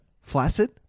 flaccid